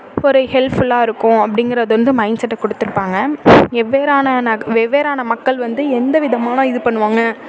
இப்போ ஒரு ஹெல்ப்ஃபுல்லாக இருக்கும் அப்படிங்கிறத வந்து மைண்ட்செட்டை கொடுத்துருப்பாங்க வெவ்வேறான வெவ்வேறான மக்கள் வந்து எந்த விதமான இது பண்ணுவாங்க